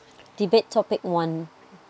debate topic one